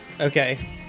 Okay